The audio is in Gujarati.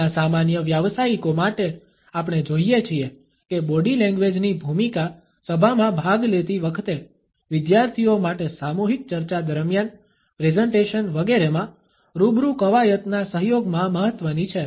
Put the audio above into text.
આપણા સામાન્ય વ્યાવસાયિકો માટે આપણે જોઈએ છીએ કે બોડી લેંગ્વેજની ભૂમિકા સભામાં ભાગ લેતી વખતે વિદ્યાર્થીઓ માટે સામુહિક ચર્ચા દરમિયાન પ્રેઝન્ટેશન વગેરેમા રૂબરૂ કવાયતના સહયોગમાં મહત્વની છે